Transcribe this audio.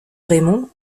raymond